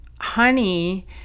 honey